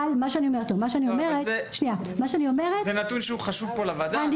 זה נתון שהוא חשוב פה לוועדה,